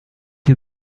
you